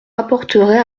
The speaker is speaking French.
apporterait